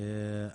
רבותי,